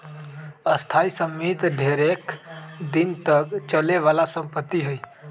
स्थाइ सम्पति ढेरेक दिन तक चले बला संपत्ति हइ